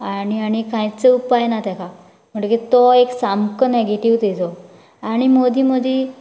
आनी आनी कांयच उपाय ना तेका म्हणटकीर तो एक सामको न्हेगेटीव तेजो आनी मदीं मदीं